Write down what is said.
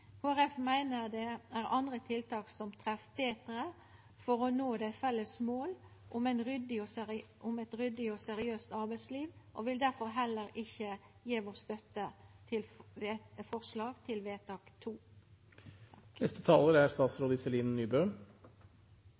meiner det er andre tiltak som treffer betre for å nå dei felles måla om eit ryddig og seriøst arbeidsliv, og vi vil difor heller ikkje gje vår støtte til forslag til vedtak II. Vi er